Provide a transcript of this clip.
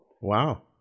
Wow